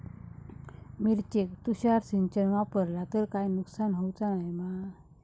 मिरचेक तुषार सिंचन वापरला तर काय नुकसान होऊचा नाय मा?